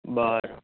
બરાબર